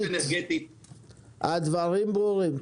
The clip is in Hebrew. הדברים ברורים.